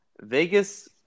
Vegas –